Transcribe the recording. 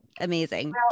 amazing